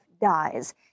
dies